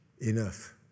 Enough